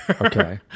okay